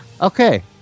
Okay